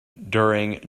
during